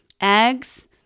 eggs